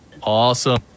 Awesome